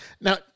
Now